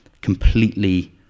completely